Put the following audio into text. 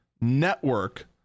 network